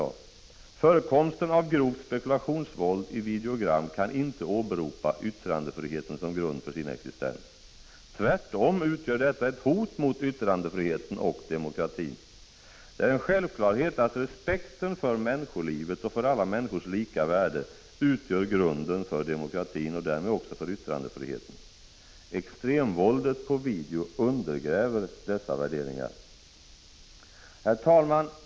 Förekomsten av grovt spekulationsvåld i videogram kan man inte försvara med åberopande av yttrandefriheten. Tvärtom utgör detta ett hot mot yttrandefriheten och demokratin. Det är en självklarhet att respekten för människolivet och för alla människors lika värde utgör grunden för demokratin och därmed också för yttrandefriheten. Extremvåldet på video undergräver dessa värderingar. Herr talman!